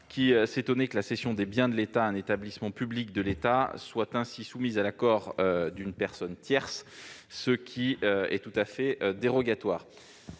qui s'étonnait que la cession des biens de l'État à un établissement public de l'État soit soumise à l'accord d'une personne tierce, ce qui est tout à fait dérogatoire.